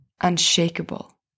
unshakable